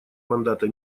мандата